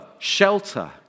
shelter